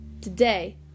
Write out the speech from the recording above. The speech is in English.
today